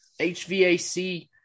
HVAC